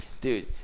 dude